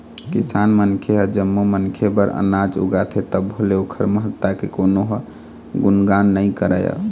किसान मनखे ह जम्मो मनखे बर अनाज उगाथे तभो ले ओखर महत्ता के कोनो ह गुनगान नइ करय